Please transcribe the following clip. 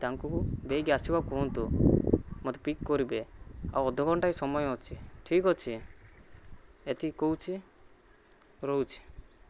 ତାଙ୍କୁ ବେଗି ଆସିବାକୁ କୁହନ୍ତୁ ମୋତେ ପିକ୍ କରିବେ ଆଉ ଅଧଘଣ୍ଟାଏ ସମୟ ଅଛି ଠିକ୍ଅଛି ଏତିକି କହୁଛି ରହୁଛି